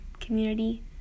community